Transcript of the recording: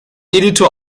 editor